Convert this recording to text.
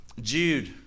Jude